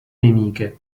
nemiche